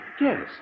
Yes